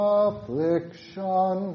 affliction